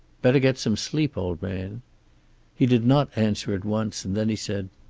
better get some sleep, old man he did not answer at once, and then he said,